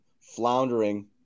floundering